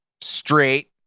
straight